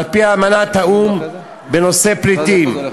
על-פי אמנת האו"ם בנושא הפליטים.